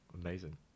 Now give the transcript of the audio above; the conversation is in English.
Amazing